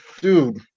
dude